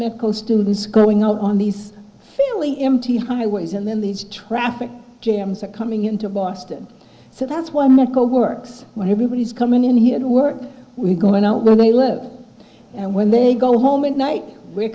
medical students growing up on these really empty highways and then these traffic jams are coming into boston so that's why medical works where everybody is coming in here to work we're going out where they live and when they go home and night we're